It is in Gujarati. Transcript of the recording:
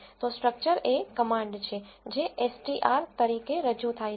તો સ્ટ્રક્ચર એ કમાન્ડ છે જે str તરીકે રજૂ થાય છે